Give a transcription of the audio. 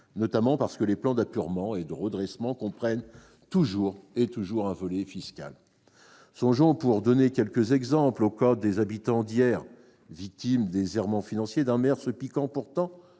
notamment parce que les plans d'apurement et de redressement comprennent toujours un volet fiscal. Songeons, pour donner quelques exemples, au cas des habitants d'Yerres, victimes des errements financiers d'un maire se piquant pourtant,